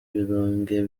ibirunge